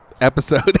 Episode